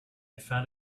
found